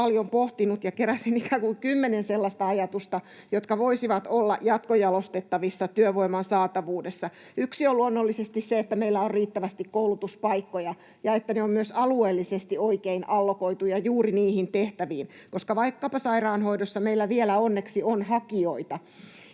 paljon pohtinut ja keräsin ikään kuin kymmenen sellaista ajatusta, jotka voisivat olla jatkojalostettavissa työvoiman saatavuudessa. Yksi on luonnollisesti se, että meillä on riittävästi koulutuspaikkoja ja että ne ovat myös alueellisesti oikein allokoituja juuri niihin tehtäviin, koska vaikkapa sairaanhoidossa meillä vielä onneksi on hakijoita.